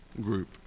group